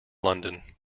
london